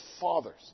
fathers